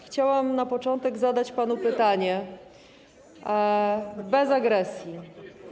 Chciałabym na początek zadać panu pytanie bez agresji.